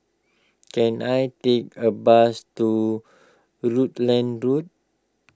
can I take a bus to Rutland Road